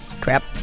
Crap